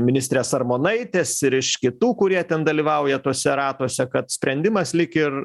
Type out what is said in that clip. ministrės armonaitės ir iš kitų kurie ten dalyvauja tuose ratuose kad sprendimas lyg ir